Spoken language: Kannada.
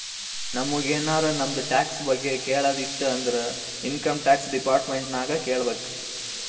ನಮುಗ್ ಎನಾರೇ ನಮ್ದು ಟ್ಯಾಕ್ಸ್ ಬಗ್ಗೆ ಕೇಳದ್ ಇತ್ತು ಅಂದುರ್ ಇನ್ಕಮ್ ಟ್ಯಾಕ್ಸ್ ಡಿಪಾರ್ಟ್ಮೆಂಟ್ ನಾಗೆ ಕೇಳ್ಬೇಕ್